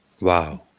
Wow